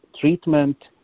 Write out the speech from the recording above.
treatment